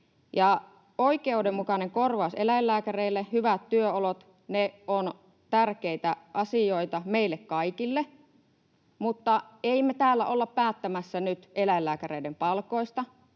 oikeudenmukainen korvaus eläinlääkäreille, hyvät työolot, ne ovat tärkeitä asioita meille kaikille, mutta ei me täällä olla päättämässä nyt eläinlääkäreiden palkoista,